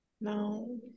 No